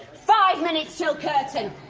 five minutes till curtain!